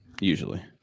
usually